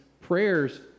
prayers